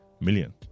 million